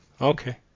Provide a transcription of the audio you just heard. Okay